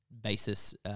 basis